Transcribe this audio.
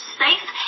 safe